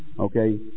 okay